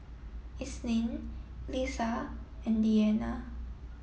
Isnin Lisa and Diyana